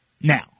Now